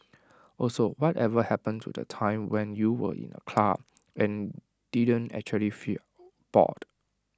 also whatever happened to the time when you were in A club and didn't actually feel bored